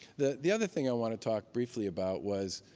the the other thing i want to talk briefly about was,